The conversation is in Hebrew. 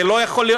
ומה עוד?